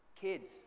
kids